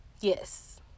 Yes